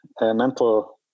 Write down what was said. mental